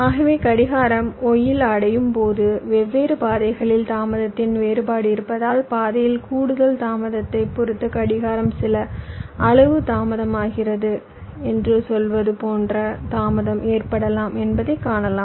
ஆகவே கடிகாரம் y இல் அடையும் போது வெவ்வேறு பாதைகளில் தாமதத்தின் வேறுபாடு இருப்பதால் பாதையில் கூடுதல் தாமதத்தைப் பொறுத்து கடிகாரம் சில அளவு தாமதமாகிறது என்று சொல்வது போன்ற தாமதம் ஏற்படலாம் என்பதை காணலாம்